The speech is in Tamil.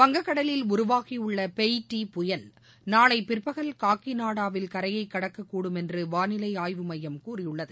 வங்கக்கடலில் உருவாகியுள்ள பெய்ட்டி புயல் நாளை பிற்பகல் காக்கிநாடாவில் கரையைக் கடக்கக் கூடும் என்று வானிலை ஆய்வு மையம் கூறியுள்ளது